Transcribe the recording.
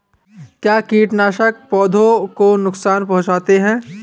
क्या कीटनाशक पौधों को नुकसान पहुँचाते हैं?